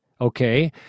Okay